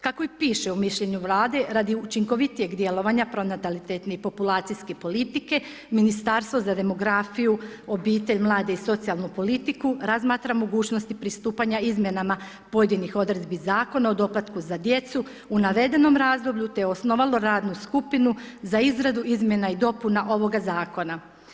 Kako i piše u mišljenju Vlade, radi učinkovitijeg djelovanja pronatalitetne i populacijske politike Ministarstvo za demografiju, obitelj, mlade i socijalnu politiku razmatra mogućnosti pristupanja izmjenama pojedinih odredbi Zakona o doplatku za djecu u navedenom razdoblju te osnovalo radnu skupinu za izradu izmjena i dopuna ovoga zakona.